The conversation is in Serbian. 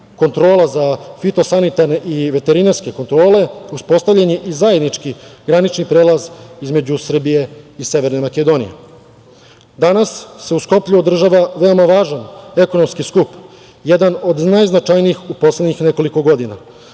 kontrola za fitosanitarne i veterinarske kontrole, uspostavljen je i zajednički granični prelaz između Srbije i Severne Makedonije. Danas se u Skoplju održava veoma važan ekonomski skup, jedan od najznačajnijih u poslednjih nekoliko godina.